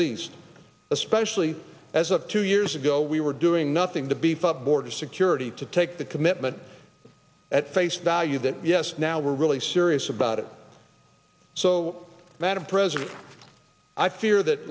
least especially as of two years ago we were doing nothing to beef up border security to take the commitment at face value that yes now we're really serious about it so madam president i fear that